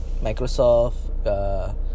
Microsoft